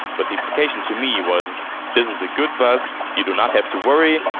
but the implication to me was this is a good bus. you do not have to worry.